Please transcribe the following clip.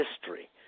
history